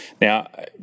now